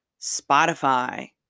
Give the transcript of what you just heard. Spotify